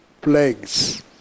plagues